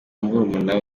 barumuna